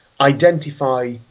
identify